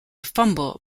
fumble